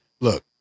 look